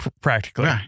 practically